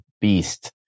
beast